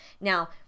Now